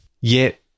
yet-